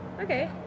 okay